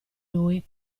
lui